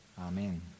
Amen